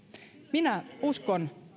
minä uskon